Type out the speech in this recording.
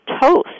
toast